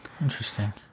interesting